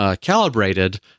Calibrated